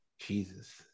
Jesus